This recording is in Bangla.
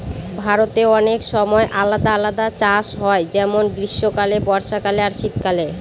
ভারতে অনেক সময় আলাদা আলাদা চাষ হয় যেমন গ্রীস্মকালে, বর্ষাকালে আর শীত কালে